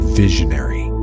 visionary